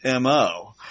MO